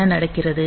என்ன நடக்கிறது